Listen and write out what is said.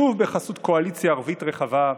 שוב בחסות קואליציה ערבית רחבה,